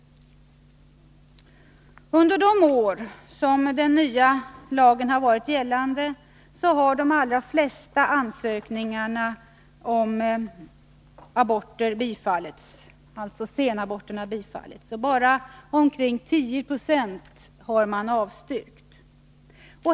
Under de år som den nya lagen har varit gällande har de allra flesta ansökningarna om senabort bifallits. Bara omkring 10 76 har avslagits.